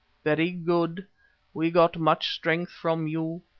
very good we got much strength from you.